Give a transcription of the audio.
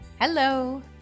Hello